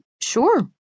sure